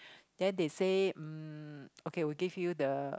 then they say um okay we give you the